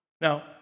Now